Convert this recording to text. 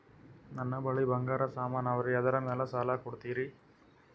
ನನ್ನ ಬಳಿ ಬಂಗಾರ ಸಾಮಾನ ಅವರಿ ಅದರ ಮ್ಯಾಲ ಸಾಲ ಕೊಡ್ತೀರಿ?